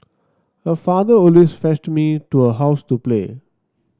her father always fetched me to her house to play